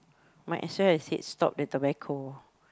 might as well I said stop the tobacco